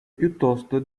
piuttosto